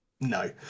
No